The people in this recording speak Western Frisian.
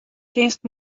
kinst